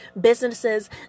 businesses